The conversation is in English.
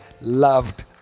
loved